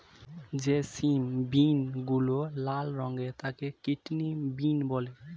যে সিম বিনগুলো লাল রঙের তাকে কিডনি বিন বলে